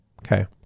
Okay